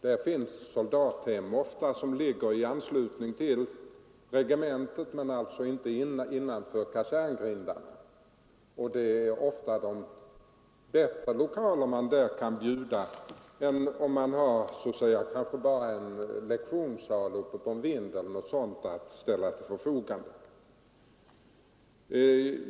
Ofta finns det soldathem som ligger i anslutning till regementet — men alltså inte innanför kaserngrindarna — där man kan erbjuda bättre lokaler än dem som kan ställas till förfogande inom kasernområdet och som ibland kan bestå av t.ex. en lektionssal uppe på vinden.